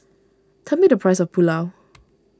tell me the price of Pulao